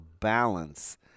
balance